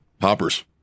hoppers